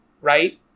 right